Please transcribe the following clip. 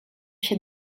się